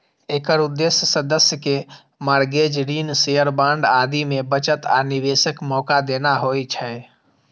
एकर उद्देश्य सदस्य कें मार्गेज, ऋण, शेयर, बांड आदि मे बचत आ निवेशक मौका देना होइ छै